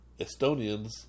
Estonians